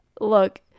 Look